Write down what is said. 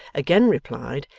again replied,